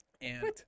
and-